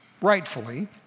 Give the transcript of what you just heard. rightfully